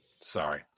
Sorry